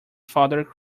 father